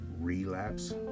relapse